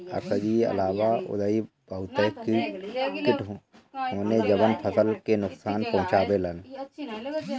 एकरी अलावा अउरी बहते किट होने जवन फसल के नुकसान पहुंचावे लन